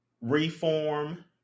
reform